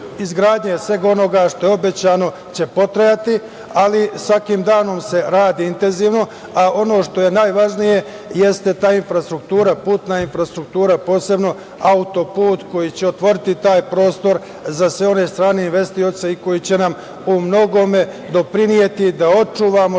izgradnje svega onoga što je obećano će potrajati, ali svakim danom se radi intenzivno. Ono što je najvažnije jeste ta putna infrastruktura, posebno auto-put koji će otvoriti taj prostor za sve one strane investitore koji će nam umnogome doprineti da očuvamo stanovništvo